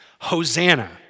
Hosanna